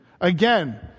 Again